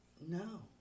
No